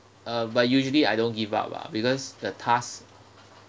uh but usually I don't give up ah because the task